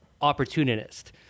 opportunist